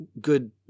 good